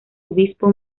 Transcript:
obispo